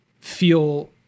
feel